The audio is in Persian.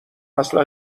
اصلا